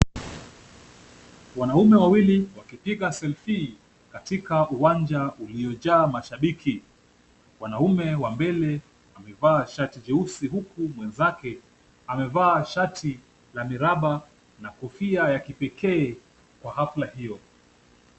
Wanaume wawili wakipiga selfie katika uwanja uliojaa mashabiki, mwanamume wa mbele amevaa shati jeusi huku mwenzake amevaa shati la miraba na kofia ya kipekee kwa hafla hiyo.